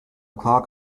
clock